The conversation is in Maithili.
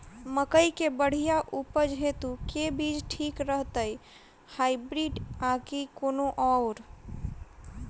मकई केँ बढ़िया उपज हेतु केँ बीज ठीक रहतै, हाइब्रिड आ की कोनो आओर?